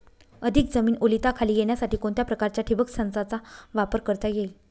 अधिक जमीन ओलिताखाली येण्यासाठी कोणत्या प्रकारच्या ठिबक संचाचा वापर करता येईल?